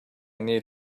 need